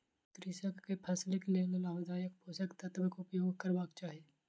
कृषक के फसिलक लेल लाभदायक पोषक तत्वक उपयोग करबाक चाही